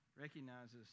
recognizes